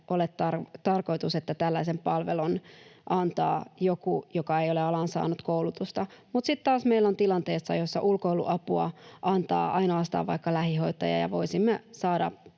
että tällaisen palvelun antaa joku, joka ei ole alaan saanut koulutusta. Mutta sitten taas meillä on tilanteita, joissa ulkoiluapua antaa ainoastaan vaikka lähihoitaja, ja voisimme saada